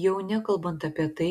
jau nekalbant apie tai